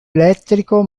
elettrico